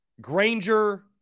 Granger